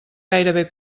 gairebé